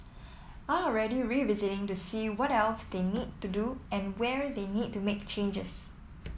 are already revisiting to see what else they need to do and where they need to make changes